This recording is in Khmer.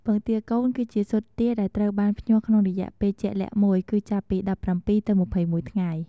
ពងទាកូន គឺជាស៊ុតទាដែលត្រូវបានភ្ញាស់ក្នុងរយៈពេលជាក់លាក់មួយ គឺចាប់ពី ១៧ ទៅ ២១ ថ្ងៃ។